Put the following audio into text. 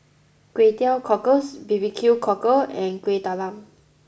Kway Teow Cockles B B Q Cockle and Kueh Talam